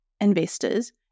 investors